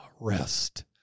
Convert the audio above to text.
rest